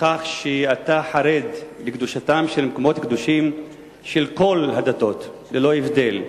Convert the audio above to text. לכך שאתה חרד לקדושתם של המקומות הקדושים של כל הדתות ללא הבדל,